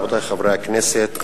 רבותי חברי הכנסת,